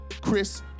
Chris